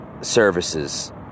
Services